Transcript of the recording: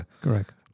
Correct